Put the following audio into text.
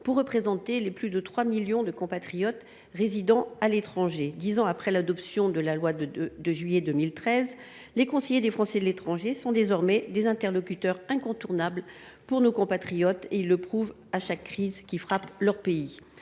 de représenter les plus de trois millions de nos compatriotes résidant à l’étranger. Dix ans après l’adoption de la loi du 22 juillet 2013, les conseillers des Français de l’étranger sont désormais des interlocuteurs incontournables pour nos compatriotes, comme ils le prouvent à chaque crise qui frappe leur pays.